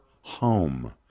home